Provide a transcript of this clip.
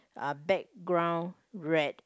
uh background red